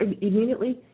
immediately